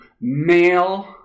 male